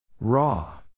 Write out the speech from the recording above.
Raw